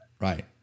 Right